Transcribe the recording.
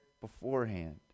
beforehand